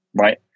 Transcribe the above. right